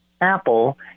Apple